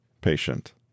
Patient